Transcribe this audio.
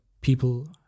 people